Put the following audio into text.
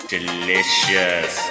Delicious